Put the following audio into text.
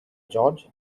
george